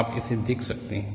आप इसे देख सकते हैं